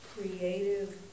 creative